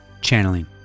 channeling